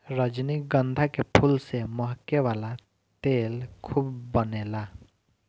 रजनीगंधा के फूल से महके वाला तेल खूब बनेला